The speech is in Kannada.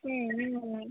ಹ್ಞೂ ಹ್ಞೂ ಹ್ಞೂ